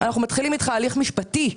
נתחיל איתך הליך משפטי.